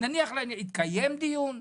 התקיים דיון?